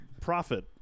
profit